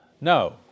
No